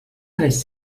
tres